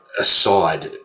aside